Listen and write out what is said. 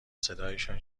صدایشان